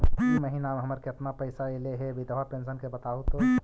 इ महिना मे हमर केतना पैसा ऐले हे बिधबा पेंसन के बताहु तो?